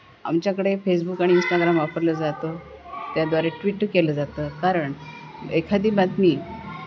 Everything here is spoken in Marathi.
आमच्याकडे फेसबुक आणि इंस्टाग्राम वापरलं जातं त्याद्वारे ट्विट केलं जातं कारण एखादी बातमी